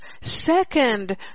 second